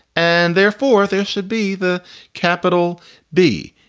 and therefore, there should be the capital b.